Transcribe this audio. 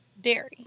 dairy